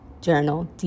Journal